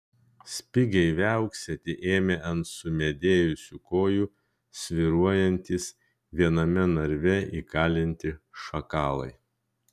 spigiai viauksėti ėmė ant sumedėjusių kojų svyruojantys viename narve įkalinti šakalai